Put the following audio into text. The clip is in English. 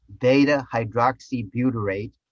beta-hydroxybutyrate